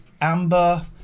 Amber